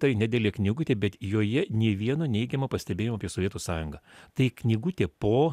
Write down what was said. tai nedidelė knygutė bet joje nei vieno neigiamo pastebėjimo apie sovietų sąjungą tai knygutė po